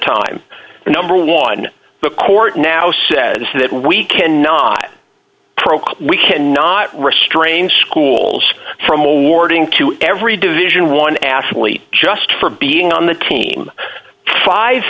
time and number one the court now says that we cannot progress we cannot restrain schools from awarding to every division one athlete just for being on the team five